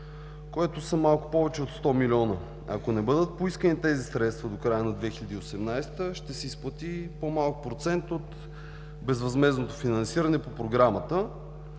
което е малко повече от 100 млн. лв. Ако не бъдат поискани тези средства до края на 2018 г., ще се изплати по-малък процент от безвъзмездното финансиране по програмата